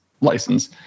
license